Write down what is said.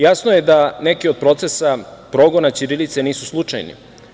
Jasno je da neki od procesa progona ćirilice nisu slučajni.